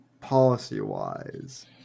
policy-wise